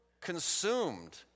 consumed